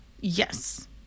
Yes